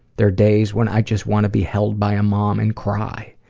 there are days when i just wanna be held by a mom and cry,